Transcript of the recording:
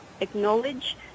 acknowledge